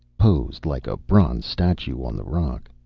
posed like a bronze statue on the rock.